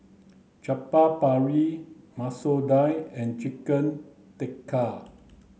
Chaat Papri Masoor Dal and Chicken Tikka